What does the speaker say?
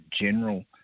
General